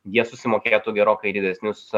jie susimokėtų gerokai didesnius